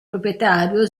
proprietario